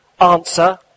Answer